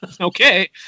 Okay